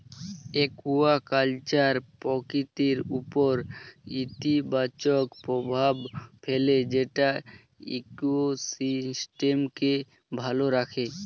aquaculture প্রকৃতির উপর ইতিবাচক প্রভাব ফেলে যেটা ইকোসিস্টেমকে ভালো রাখে